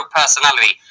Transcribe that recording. personality